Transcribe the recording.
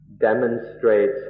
demonstrates